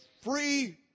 free